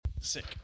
Sick